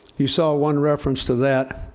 you saw one reference to that